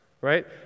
right